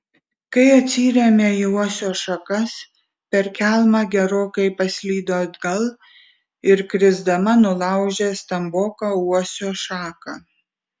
kai atsirėmė į uosio šakas per kelmą gerokai paslydo atgal ir krisdama nulaužė stamboką uosio šaką